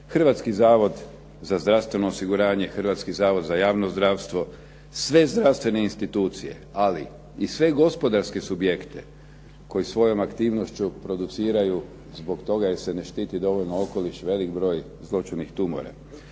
Hrvatski zavod za zdravstveno osiguranje, Hrvatski zavod za javno zdravstvo, sve zdravstvene institucije, ali i sve gospodarske subjekte koji svojom aktivnošću produciraju zbog toga jer se ne štiti dovoljno okoliš, velik broj zloćudnih tumora.